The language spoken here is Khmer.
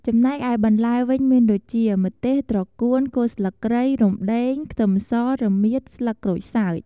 ចំណែកឯបន្លែវិញមានដូចជា ម្ទេស ត្រកួន គល់ស្លឹកគ្រៃ រំដេង ខ្ទឹមស រមៀត ស្លឹកក្រូចសើច។